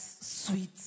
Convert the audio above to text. sweet